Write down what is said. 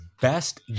best